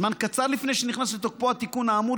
זמן קצר לפני שנכנס לתוקפו התיקון האמור,